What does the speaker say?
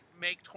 make